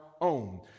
own